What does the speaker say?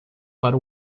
para